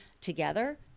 together